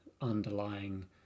underlying